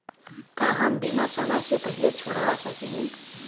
का हम बीमा समय से पहले छोड़वा सकेनी?